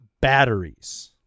batteries